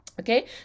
Okay